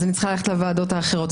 אז אני צריכה ללכת לוועדות האחרות.